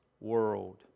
world